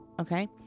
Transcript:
okay